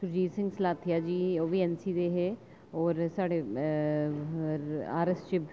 सुरजीत सिंह सलाथिया जी ओह्बी N C दे हे और साढ़े आर एस चिब